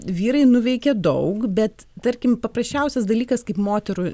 vyrai nuveikė daug bet tarkim paprasčiausias dalykas kaip moterų